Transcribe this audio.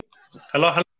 Hello